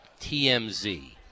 tmz